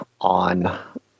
on